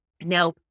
Now